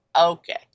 okay